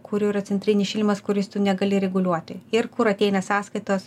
kurių yra centrinis šildymas kuris tu negali reguliuoti ir kur ateina sąskaitos